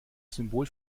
symbol